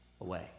away